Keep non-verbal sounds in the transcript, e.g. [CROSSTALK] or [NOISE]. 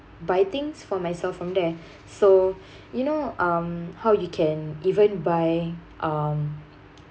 buy things for myself from there so [BREATH] you know um how you can even buy um